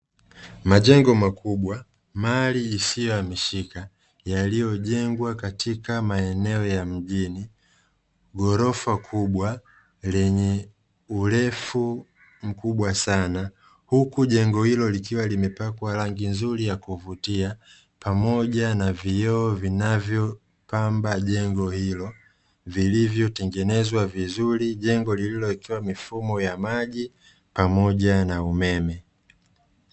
Majengo makubwa mali isiyohamishika yaliyojengwa katika maeneo ya mjini, ghorofa kubwa lenye urefu mkubwa sana huku jengo hilo likiwa limepakwa rangi nzuri ya kuvutia pamoja na vioo vinavyopamba jengo hilo vilivyotengenezwa vizuri, jengo lililowekewa mifumo ya maji pamoja na umeme.